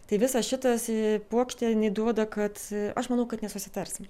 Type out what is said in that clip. tai visa šitas puokštė jinai duoda kad aš manau kad nesusitarsim